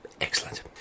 Excellent